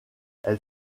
elle